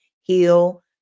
heal